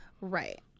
Right